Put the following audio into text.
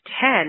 ten